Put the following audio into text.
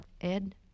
Ed